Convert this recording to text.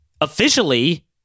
officially